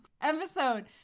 Episode